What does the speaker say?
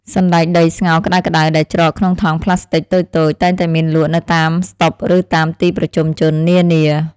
សណ្តែកដីស្ងោរក្តៅៗដែលច្រកក្នុងថង់ប្លាស្ទិកតូចៗតែងតែមានលក់នៅតាមស្តុបឬតាមទីប្រជុំជននានា។